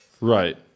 Right